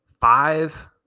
five